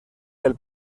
del